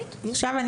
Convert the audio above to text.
עכשיו,